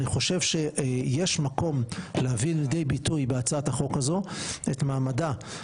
אבל אני חושב שיש מקום להביא לידי ביטוי בהצעת החוק הזאת את מעמדה,